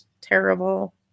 terrible